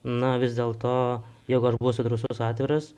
nu vis dėlto jog aš būsiu drąsus atviras